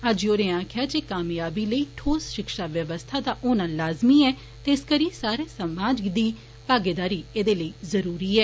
हाजी होरें आक्खेआ जे कामयाबी लेई ठोस शिक्षा व्यवस्था दा होना लाजमी ऐ ते इस करी सारे समाज दी मागीदारी जरुरी ऐ